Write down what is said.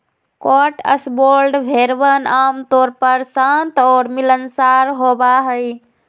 Cotswold भेड़वन आमतौर पर शांत और मिलनसार होबा हई